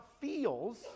feels